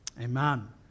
Amen